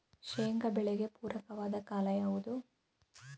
ಶೇಂಗಾ ಬೆಳೆಗೆ ಪೂರಕವಾದ ಕಾಲ ಯಾವುದು?